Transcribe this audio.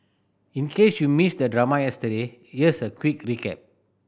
in case you missed the drama yesterday here's a quick recap